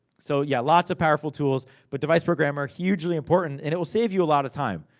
so yeah, lots of powerful tools. but device programmer, hugely important. and it will save you a lot of time.